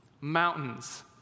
mountains